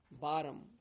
bottom